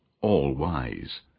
all-wise